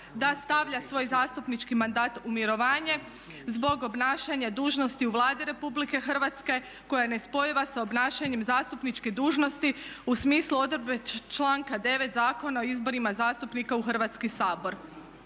da stavlja svoj zastupnički mandat u mirovanje zbog obnašanja dužnosti u Vladi Republike Hrvatske koja je nespojiva sa obnašanjem zastupničke dužnosti u smislu odredbe članka 9. Zakona o izborima zastupnika u Hrvatski sabor.